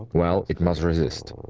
well, it must resist.